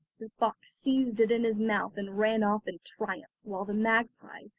the fox seized it in his mouth and ran off in triumph, while the magpie,